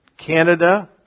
Canada